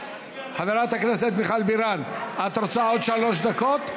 חברת הכנסת מיכל בירן, את רוצה עוד שלוש דקות?